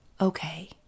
okay